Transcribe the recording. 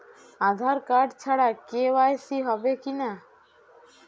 আধার card ছাড়া KYC হবে কিনা?